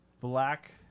Black